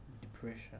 depression